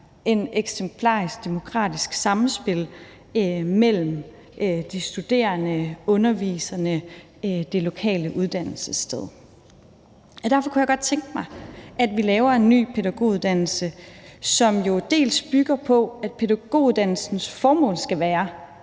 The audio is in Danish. et eksemplarisk demokratisk samspil mellem de studerende, underviserne og det lokale uddannelsessted. Derfor kunne jeg godt tænke mig, at vi laver en ny pædagoguddannelse, som til dels bygger på, at pædagoguddannelsens formål skal være,